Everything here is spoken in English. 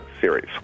series